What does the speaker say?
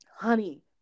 honey